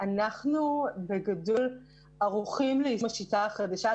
אנחנו בגדול ערוכים ליישום השיטה החדשה,